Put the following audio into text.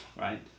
Right